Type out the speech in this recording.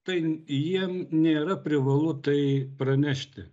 tai jiem nėra privalu tai pranešti